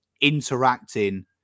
interacting